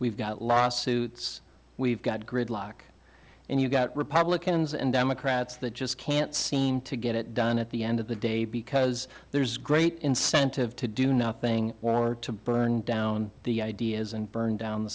we've got lawsuits we've got gridlock and you've got republicans and democrats that just can't seem to get it done at the end of the day because there's great incentive to do nothing or to burn down the ideas and burn down the